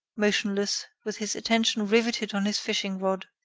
motionless, with his attention riveted on his fishing-rod.